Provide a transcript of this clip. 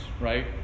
right